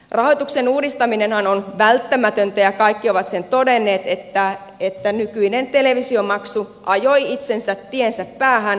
rahoituksen uudistaminenhan on välttämätöntä ja kaikki ovat sen todenneet että nykyinen televisiomaksu ajoi itsensä tiensä päähän